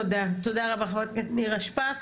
תודה, תודה רבה, חברת הכנסת נירה שפק.